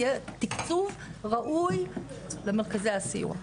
יהיה תקצוב ראוי למרכזי הסיוע.